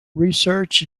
research